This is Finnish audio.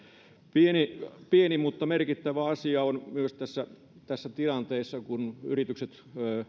pieni pieni mutta merkittävä asia on myös se tässä tilanteessa kun yritykset